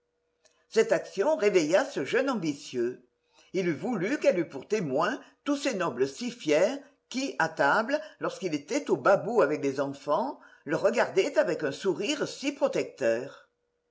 cette action réveilla ce jeune ambitieux il eût voulu qu'elle eût pour témoins tous ces nobles si fiers qui à table lorsqu'il était au bas bout avec les enfants le regardaient avec un sourire si protecteur